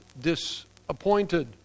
disappointed